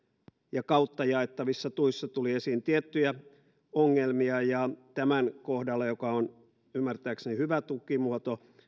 ja sen kautta jaettavissa tuissa tuli esiin tiettyjä ongelmia tämän kohdalla joka on ymmärtääkseni hyvä tukimuoto